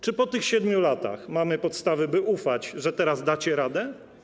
Czy po tych 7 latach mamy podstawy, by ufać, że teraz dacie radę?